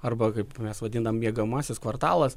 arba kaip mes vadinam miegamasis kvartalas